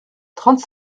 trente